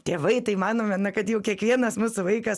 tėvai tai manome kad jau kiekvienas mūsų vaikas